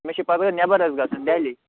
مےٚ چھُ پگاہ نٮ۪بَر حظ گژھُن دہلی